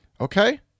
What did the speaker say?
Okay